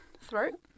Throat